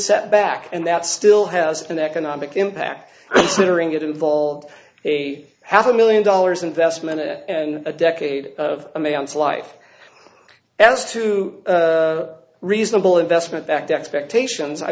set back and that still has an economic impact littering it involved a half a million dollars investment in a decade of a man's life as to reasonable investment back to expectations i